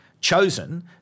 chosen